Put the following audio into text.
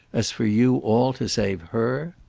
as for you all to save her?